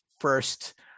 first